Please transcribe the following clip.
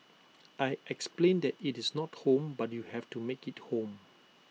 I explained that it's not home but you have to make IT home